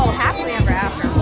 happily ever after!